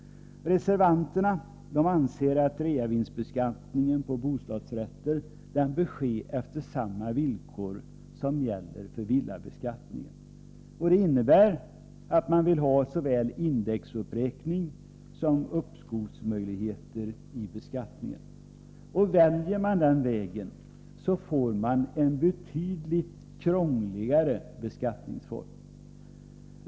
Reservanterna anser att reavinstbeskattningen på bostadsrätter bör ske enligt samma villkor som gäller för villabeskattningen. Det betyder att man vill ha såväl indexuppräkning som uppskovsmöjligheter i beskattningen. Väljs den vägen får man en betydligt krångligare beskattningsform.